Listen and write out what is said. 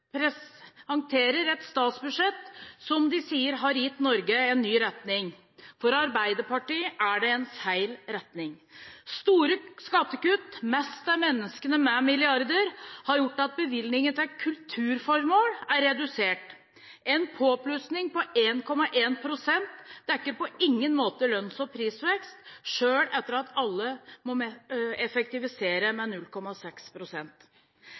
presenterer et statsbudsjett som den sier har gitt Norge en ny retning. For Arbeiderpartiet er det en feil retning. Store skattekutt – mest til menneskene med milliarder – har gjort at bevilgningene til kulturformål er redusert. En påplussing på 1,1 pst. dekker på ingen måte lønns- og prisvekst, selv etter at alle må effektivisere med